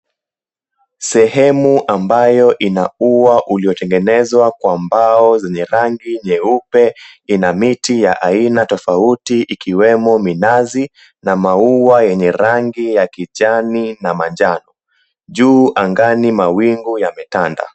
Sehemu ambayo ina ua uliotengenezwa kwa mbao zenye rangi nyeupe, ina miti ya aina tofauti, ikiwemo minazi na maua yenye rangi ya kijani na manjano. Juu angani mawingu yametanda.